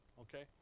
Okay